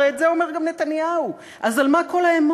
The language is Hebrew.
הרי את זה אומר גם נתניהו, אז על מה כל האמוציות